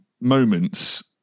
moments